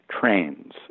trains